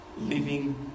living